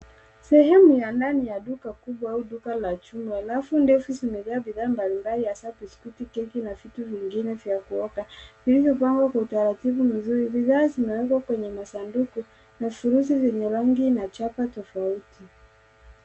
Sehemu ya ndani ya duka kubwa au duka la jumla, rafu ndefu zimejaa bidhaa mbalimbali hasa biskuti, keki na vitu vingine vya kuoga. Ili bao kwa utaratibu mzuri. Bidhaa vimewekwa kwenye masanduku na vifurushi vyenye rangi na chapa tofauti.